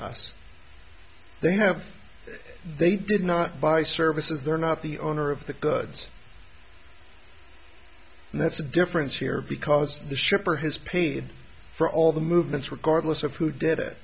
us they have they did not buy services they're not the owner of the goods and that's the difference here because the shipper has paid for all the movements regardless of who did it